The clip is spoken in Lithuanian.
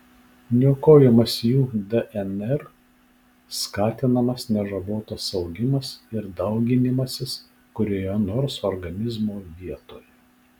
niokojamas jų dnr skatinamas nežabotas augimas ir dauginimasis kurioje nors organizmo vietoje